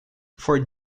for